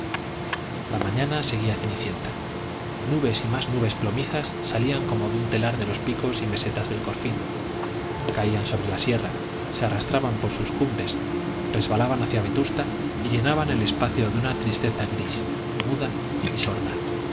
la mañana seguía cenicienta nubes y más nubes plomizas salían como de un telar de los picos y mesetas del corfín caían sobre la sierra se arrastraban por sus cumbres resbalaban hacia vetusta y llenaban el espacio de una tristeza gris muda y sorda